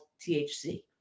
THC